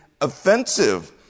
offensive